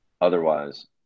otherwise